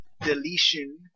deletion